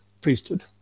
priesthood